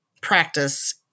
practice